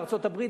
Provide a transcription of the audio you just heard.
בארצות-הברית,